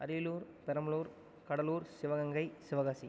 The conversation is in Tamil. அரியலூர் பெரம்பலூர் கடலூர் சிவகங்கை சிவகாசி